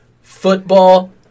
football